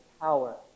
power